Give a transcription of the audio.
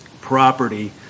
property